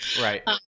Right